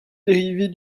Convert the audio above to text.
dérivée